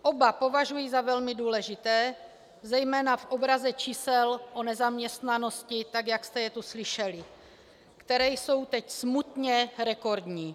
Oba považuji za velmi důležité, zejména v obraze čísel o nezaměstnanosti, tak jak jste je tu slyšeli, která jsou teď smutně rekordní.